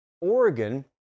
Oregon